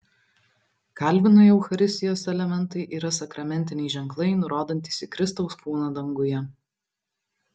kalvinui eucharistijos elementai yra sakramentiniai ženklai nurodantys į kristaus kūną danguje